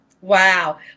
Wow